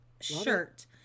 shirt